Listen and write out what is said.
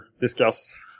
discuss